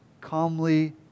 calmly